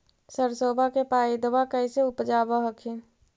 सरसोबा के पायदबा कैसे उपजाब हखिन?